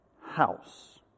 house